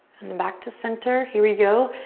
and back to center, here we go.